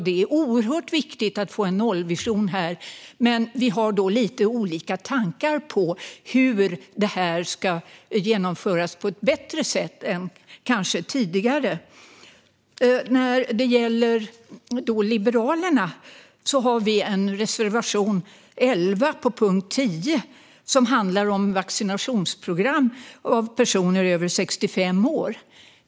Det är oerhört viktigt att få en nollvision där, men vi har lite olika tankar om hur det ska genomföras på ett sätt som är bättre än tidigare. Vi liberaler har reservation nr 11, som handlar om vaccinationsprogram för personer över 65 år.